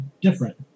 different